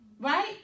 right